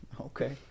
Okay